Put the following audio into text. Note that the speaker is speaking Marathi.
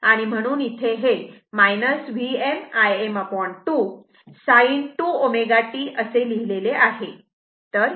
म्हणून इथे हे Vm Im2 sin 2 ω t असे लिहिलेले आहे